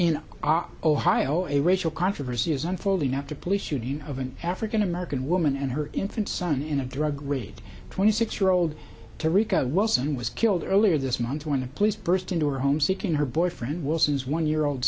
our ohio a racial controversy is unfolding after police shooting of an african american woman and her infant son in a drug raid twenty six year old to recover wilson was killed earlier this month when the police burst into her home seeking her boyfriend wilson's one year old